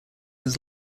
his